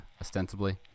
ostensibly